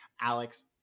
alex